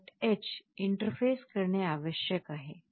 h interface करणे आवश्यक आहे